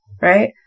Right